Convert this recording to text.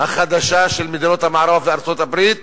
החדשה של מדינות המערב וארצות-הברית,